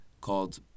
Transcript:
called